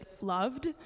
loved